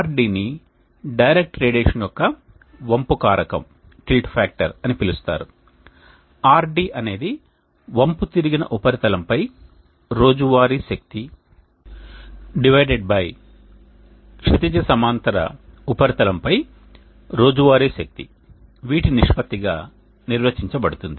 RD ని direct radiation యొక్క వంపు కారకం అని పిలుస్తారు RD అనేది వంపుతిరిగిన ఉపరితలంపై రోజువారీ శక్తి క్షితిజ సమాంతర ఉపరితలంపై రోజువారీ శక్తి వీటి నిష్పత్తి గా నిర్వచించబడుతుంది